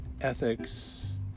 ethics